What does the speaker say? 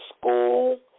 school